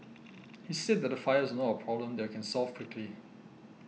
he said that the fires were not a problem that you can solve quickly